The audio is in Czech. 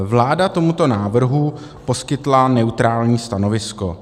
Vláda tomuto návrhu poskytla neutrální stanovisko.